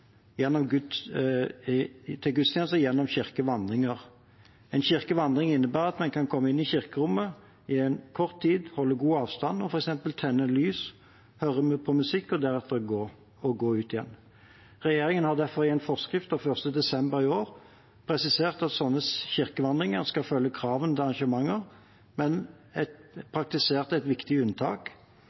til gudstjenester gjennom kirkevandringer. En kirkevandring innebærer at man kan komme inn i kirkerommet i kort tid, holde god avstand og f.eks. tenne lys, høre på musikk og deretter gå ut igjen. Regjeringen har derfor i en forskrift fra 1. desember i år presisert at slike kirkevandringer skal følge kravene til arrangementer, men med et praktisk viktig unntak: